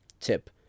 Tip